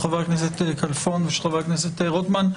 חבר הכנסת כלפון וחבר הכנסת רוטמן,